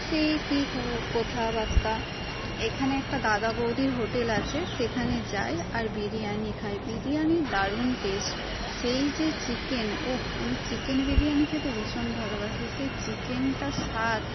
সেই কী কো কথাবাত্তা এখানে একটা দাদা বৌদির হোটেল আছে সেখানে যাই আর বিরিয়ানি খাই বিরিয়ানির দারুণ টেস্ট সেই যে চিকেন ওহ আমি চিকেন বিরিয়ানি খেতে ভীষণ ভালোবাসি সেই চিকেনটার স্বাদ